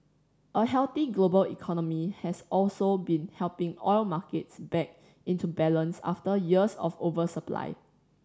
a healthy global economy has also been helping oil markets back into balance after years of oversupply